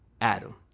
Adam